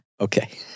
Okay